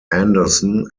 andersen